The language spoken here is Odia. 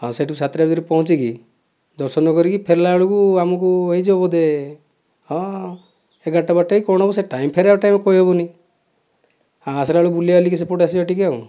ହଁ ସେଠୁ ସାତଟା ଭିତରେ ପହଞ୍ଚିକି ଦର୍ଶନ କରିକି ଫେରିଲା ବେଳକୁ ଆମକୁ ହୋଇଯିବ ବୋଧେ ହଁ ଏଗାରଟା ବାରଟା କି କଣ ହେବ ସେଇ ଟାଇମଟା ଫେରିବା ଟାଇମଟା ଆଉ କହି ହେବନି ହଁ ଆସିଲା ବେଳକୁ ବୁଲି ବାଲିକି ସେଇପଟୁ ଆସିବା ଟିକେ ଆଉ